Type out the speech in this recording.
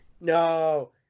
No